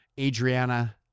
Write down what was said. Adriana